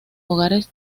hogares